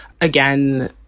Again